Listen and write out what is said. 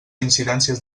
incidències